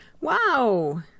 Wow